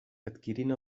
adquirint